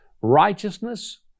Righteousness